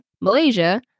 Malaysia